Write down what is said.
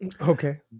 Okay